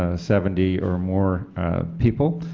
ah seventy or more people,